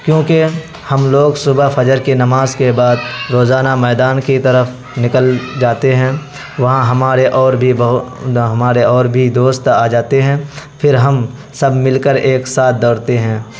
کیونکہ ہم لوگ صبح فجر کے نماز کے بعد روزانہ میدان کی طرف نکل جاتے ہیں وہاں ہمارے اور بھی بہو ہمارے اور بھی دوست آ جاتے ہیں پھر ہم سب مل کر ایک ساتھ دوڑتے ہیں